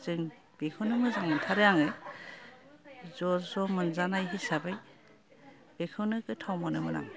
जों बेखौनो मोजां मोनथारो आङो ज' ज' मोनजानाय हिसाबै बेखौनो गोथाव मोनोमोन आं